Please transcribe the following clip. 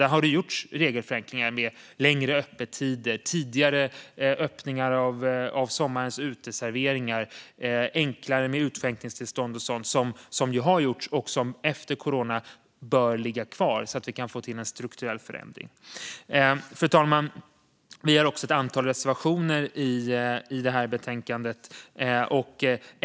Där har det gjorts regelförenklingar - längre öppettider, tidigare öppningar av sommarens uteserveringar och enklare att få utskänkningstillstånd - som efter corona bör ligga kvar, så vi kan få till en strukturell förändring. Fru talman! Vi har ett antal reservationer i det här betänkandet.